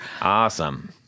Awesome